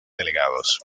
delegados